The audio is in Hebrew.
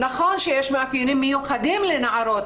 נכון שיש מאפיינים מיוחדים לנערות.